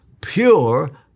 pure